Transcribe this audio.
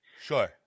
Sure